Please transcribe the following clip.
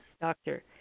doctor